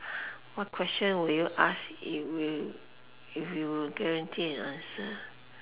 what question would you ask if if you were guaranteed an answer